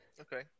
Okay